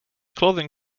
clothing